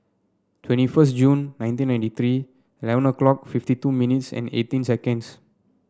twenty first June nineteen ninety three eleven o'clock fifty two minutes and eighteen seconds